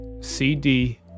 cd